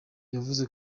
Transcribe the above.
yavuze